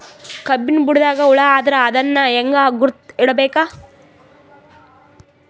ಕಬ್ಬಿನ್ ಬುಡದಾಗ ಹುಳ ಆದರ ಅದನ್ ಹೆಂಗ್ ಗುರುತ ಹಿಡಿಬೇಕ?